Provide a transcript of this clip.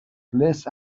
less